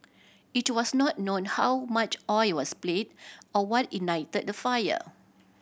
it was not known how much oil was spilled or what ignited the fire